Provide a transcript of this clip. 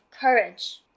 courage